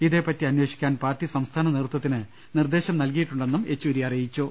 ഇതേപറ്റി അന്വേഷിക്കാൻ പാർട്ടി സംസ്ഥാന നേതൃത്വത്തിന് നിർദേശം നൽകിയിട്ടുണ്ടെന്നും യെച്ചൂരി അറിയിച്ചു